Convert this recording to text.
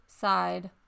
side